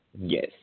Yes